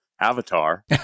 Avatar